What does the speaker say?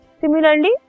Similarly